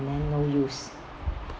and then no use